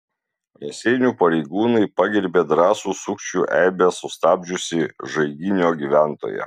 raseinių pareigūnai pagerbė drąsų sukčių eibes sustabdžiusį žaiginio gyventoją